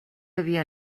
havia